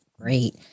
Great